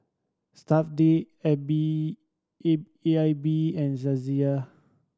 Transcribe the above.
Stuff'd A B A A I B and Saizeriya